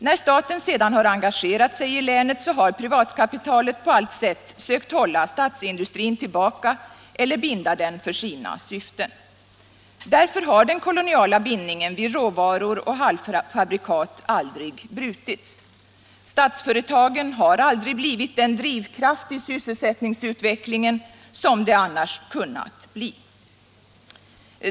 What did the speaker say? När staten sedan engagerat sig i länet har privatkapitalet på allt sätt sökt hålla statsindustrin tillbaka eller binda den för sina syften. Därför har den koloniala bindningen vid råvaror och halvfabrikat aldrig brutits. Statsföretagen har aldrig blivit den drivkraft i sysselsättningsutvecklingen som de annars kunnat bli.